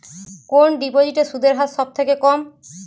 কোন ডিপোজিটে সুদের হার সবথেকে কম?